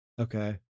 Okay